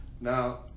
Now